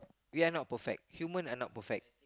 we are not perfect human are not perfect